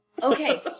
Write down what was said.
Okay